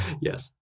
Yes